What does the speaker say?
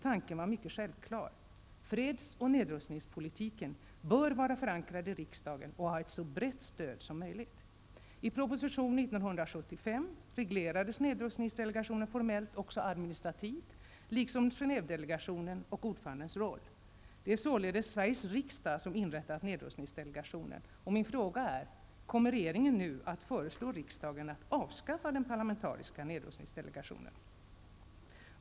Tanken bakom var självklar: Freds och nedrustningspolitiken bör vara förankrad i riksdagen och ha ett så brett stöd som möjligt. I proposition 1975/76:96 reglerades nedrustningsdelegationen formellt också administrativt, liksom Genèvedelegationen och ordförandens roll. Det är således Sveriges riksdag som inrättat nedrustningsdelegationen. Kommer regeringen nu att föreslå riksdagen att avskaffa den parlamentariska nedrustningsdelegationen?